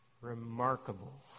Remarkable